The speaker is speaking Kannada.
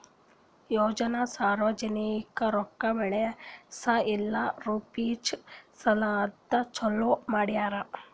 ಯೋಜನೆ ಸಾರ್ವಜನಿಕ ರೊಕ್ಕಾ ಬೆಳೆಸ್ ಇಲ್ಲಾ ರುಪೀಜ್ ಸಲೆಂದ್ ಚಾಲೂ ಮಾಡ್ಯಾರ್